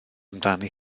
amdani